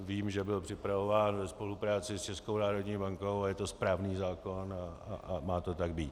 Vím, že byl připravován ve spolupráci s Českou národní bankou, a je to správný zákon a má to tak být.